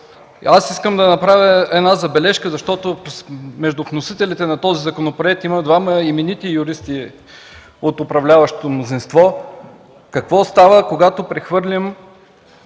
аз искам да направя една забележка. Между вносителите на този законопроект има двама именити юристи от управляващото мнозинство. Какво става, когато прехвърлим